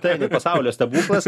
tai pasaulio stebuklas